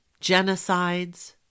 genocides